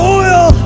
oil